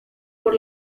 por